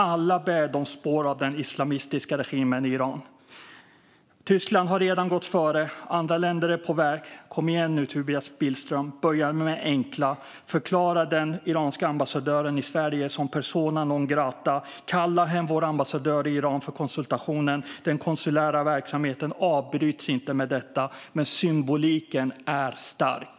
Alla bär de spår av den islamistiska regimen i Iran. Tyskland har redan gått före. Andra länder är på väg. Kom igen nu, Tobias Billström. Börja med det enkla, nämligen att förklara den iranska ambassadören i Sverige persona non grata. Kalla hem vår ambassadör i Iran för konsultationer. Den konsulära verksamheten avbryts inte med detta, men symboliken är stark.